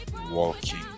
walking